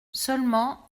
seulement